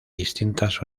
distintas